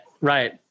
Right